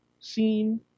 scene